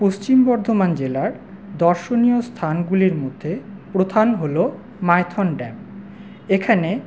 পশ্চিম বর্ধমান জেলার দর্শনীয় স্থানগুলির মধ্যে প্রধান হল মাইথন ড্যাম এখানে